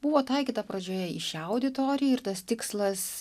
buvo taikyta pradžioje į šią auditoriją ir tas tikslas